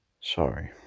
Sorry